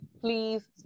please